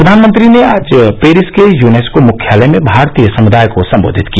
प्रधानमंत्री ने आज पेरिस के युनेस्को मुख्यालय में भारतीय समुदाय को सम्बोधित किया